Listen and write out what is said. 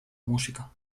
música